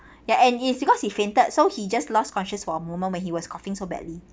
ya and it's because he fainted so he just lost conscious for a moment when he was coughing so badly